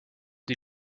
des